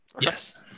Yes